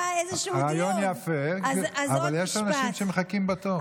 הרעיון יפה, אבל יש אנשים שמחכים בתור.